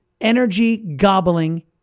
energy-gobbling